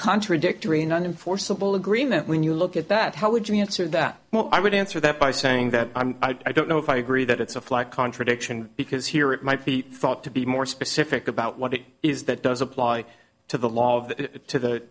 contradictory none in forcible agreement when you look at that how would you answer that well i would answer that by saying that i don't know if i agree that it's a flat contradiction because here it might be thought to be more specific about what it is that does apply to the law of that to the